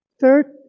Third